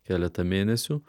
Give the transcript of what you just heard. keletą mėnesių